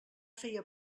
feia